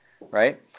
right